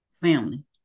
family